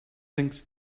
thanks